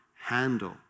handle